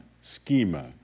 schema